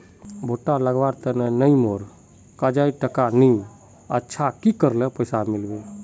भुट्टा लगवार तने नई मोर काजाए टका नि अच्छा की करले पैसा मिलबे?